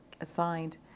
assigned